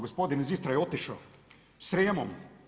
Gospodin iz Istre je otišao, Srijemom?